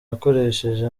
yakoresheje